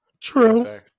True